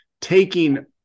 taking